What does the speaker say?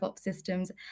systems